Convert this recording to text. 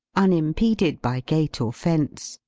unimpeded by gate or fence,